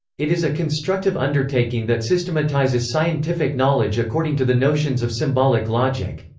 it is a constructive undertaking that systematizes scientific knowledge according to the notions of symbolic logic.